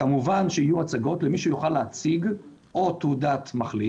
כמובן יהיו הצגות למי שיוכל להציג או תעודת מחלים